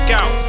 out